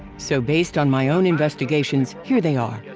so based on my own investigations, here they are,